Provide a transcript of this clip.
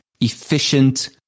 efficient